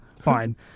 Fine